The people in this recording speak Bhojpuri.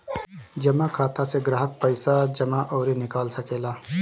जमा खाता से ग्राहक पईसा जमा अउरी निकाल सकेला